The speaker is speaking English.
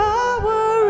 Power